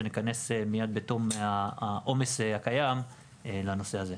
ונתכנס מיד בתום העומס הקיים לנושא הזה.